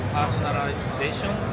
personalization